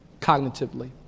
cognitively